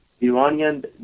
Iranian